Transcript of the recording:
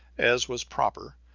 as was proper,